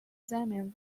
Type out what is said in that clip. examine